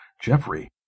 Jeffrey